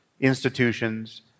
institutions